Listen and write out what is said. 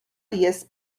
jest